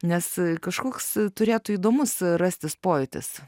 nes kažkoks turėtų įdomus rastis pojūtis